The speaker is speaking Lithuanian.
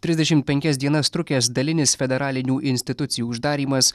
trisdešimt penkias dienas trukęs dalinis federalinių institucijų uždarymas